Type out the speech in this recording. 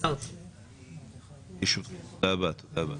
תודה רבה.